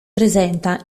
presenta